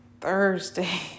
Thursday